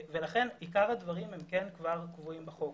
לכן עיקר הדברים הם כן קבועים בחוק.